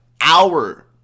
hour